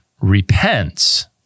repents